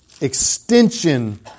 extension